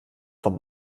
vom